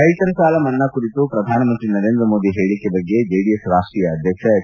ರೈತರ ಸಾಲ ಮನ್ನಾ ಕುರಿತು ಪ್ರಧಾನಮಂತ್ರಿ ನರೇಂದ್ರ ಮೋದಿ ಹೇಳಕೆ ಬಗ್ಗೆ ಜೆಡಿಎಸ್ ರಾಷ್ಷೀಯ ಅಧ್ಯಕ್ಷ ಎಚ್